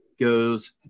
Goes